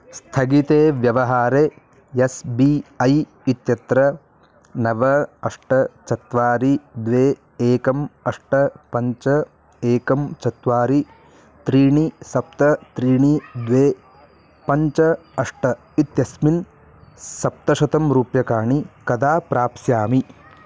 स्थगिते व्यवहारेएस् B I इत्यत्र नव अष्ट चत्वारि द्वे एकम् अष्ट पञ्च एकं चत्वारि त्रीणि सप्त त्रीणि द्वे पञ्च अष्ट इत्यस्मिन् सप्तशतं रूप्यकाणि कदा प्राप्स्यामि